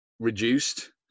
reduced